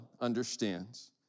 understands